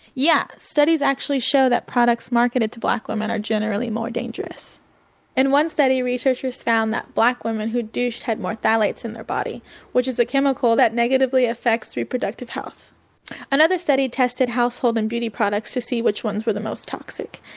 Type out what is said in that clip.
yeah, studies actually show that products marketed to black women are generally more dangerous in one study, researchers found that black women who douched had more phthalates in their body which is a chemical that negatively affects reproductive health another study tested household and beauty products to see which ones were the most toxic.